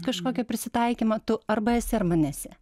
kažkokio prisitaikymo tu arba esi arba nesi